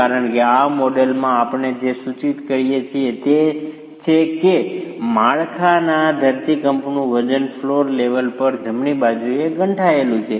કારણ કે આ મોડેલમાં આપણે જે સૂચિત કરીએ છીએ તે એ છે કે માળખાના ધરતીકંપનું વજન ફ્લોર લેવલ પર જમણી બાજુએ ગંઠાયેલું છે